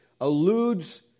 alludes